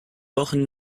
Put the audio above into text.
wochen